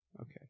Okay